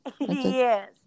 Yes